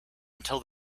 until